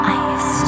ice